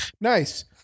Nice